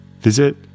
visit